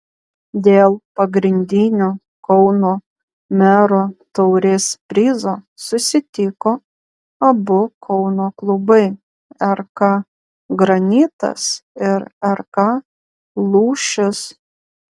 dėl pagrindinio kauno mero taurės prizo susitiko abu kauno klubai rk granitas ir rk lūšis